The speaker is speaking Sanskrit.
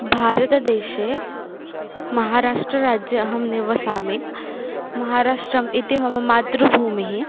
भारतदेशे महाराष्ट्रराज्ये अहं निवसामि महाराष्ट्रम् इति मम मातृभूमिः